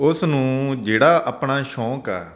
ਉਸ ਨੂੰ ਜਿਹੜਾ ਆਪਣਾ ਸ਼ੌਕ ਆ